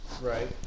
Right